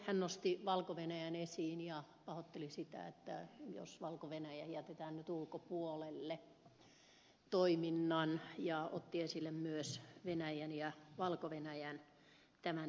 hän nosti valko venäjän esiin ja pahoitteli sitä jos valko venäjä jätetään nyt ulkopuolelle toiminnan ja otti esille myös venäjän ja valko venäjän tämänhetkiset suhteet